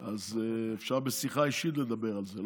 אז אפשר בשיחה אישית לדבר על זה,